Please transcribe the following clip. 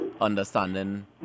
understanding